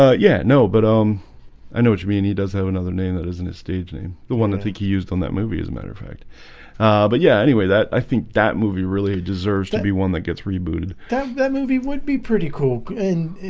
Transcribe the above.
yeah. yeah, no, but um i know what you mean he does have another name that isn't his stage name the one that think he used on that movie as a matter of fact but yeah anyway that i think that movie really ah deserves to be one that gets rebooted that that movie would be pretty cool and